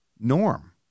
norm